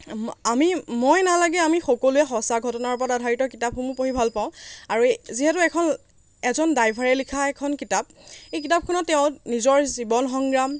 আমি মই নালাগে আমি সকলোৱে সঁচা ঘটনাৰ ওপৰত আধাৰিত কিতাপসমূহ পঢ়ি ভাল পাওঁ আৰু যিহেতু এইখন এজন ড্ৰাইভাৰে লিখা এখন কিতাপ এই কিতাপখনত তেওঁ নিজৰ জীৱন সংগ্ৰাম